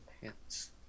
pants